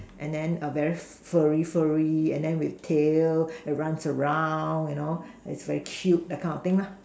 and then very flurry flurry and then with tail and runs around you know is very cute that kind of thing lah